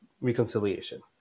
reconciliation